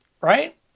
right